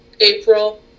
april